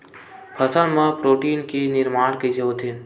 फसल मा प्रोटीन के निर्माण कइसे होथे?